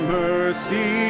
mercy